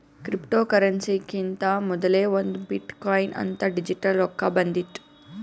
ಕ್ರಿಪ್ಟೋಕರೆನ್ಸಿಕಿಂತಾ ಮೊದಲೇ ಒಂದ್ ಬಿಟ್ ಕೊಯಿನ್ ಅಂತ್ ಡಿಜಿಟಲ್ ರೊಕ್ಕಾ ಬಂದಿತ್ತು